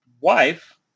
wife